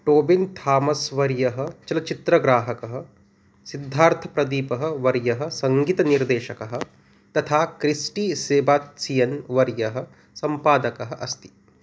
Tobin Thomas वर्यः चलच्चित्रग्राहकः सिद्धार्थप्रदीपः वर्यः सङ्गितनिर्देशकः तथा क्रिस्टी सेबात्सियन् वर्यः सम्पादकः अस्ति